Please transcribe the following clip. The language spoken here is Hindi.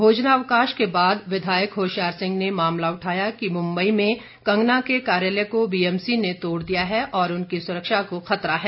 भोजनावकाश के बाद विधायक होशियार सिंह ने मामला उठाया कि मुम्बई में कंगना के कार्यालय को बीएमसी ने तोड़ दिया है और उनकी सुरक्षा को खतरा है